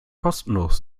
kostenlos